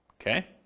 Okay